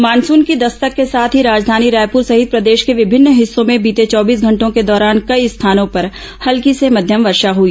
monsoon की दस्तक के साथ ही राजधानी रायपुर सहित प्रदेश के विभिन्न हिस्सों में बीते चौबीस घंटों के दौरान कई स्थानों पर हल्की से मध्यम वर्षा हुई